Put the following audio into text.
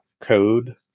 code